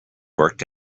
worked